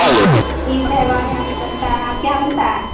ہاں عید تہوار ہے ابھی بنتا ہے آپ کے یہاں بنتا ہے